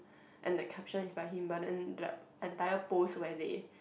and that caption is by him but then the entire post where they